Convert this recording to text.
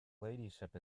ladyship